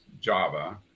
Java